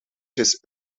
his